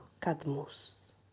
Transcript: cadmus